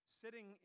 sitting